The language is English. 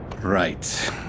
Right